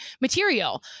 material